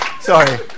Sorry